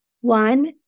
one